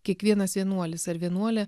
kiekvienas vienuolis ar vienuolė